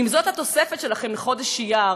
אם זו התוספת שלכם לחודש אייר,